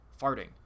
farting